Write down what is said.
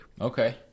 okay